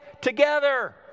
together